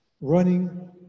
running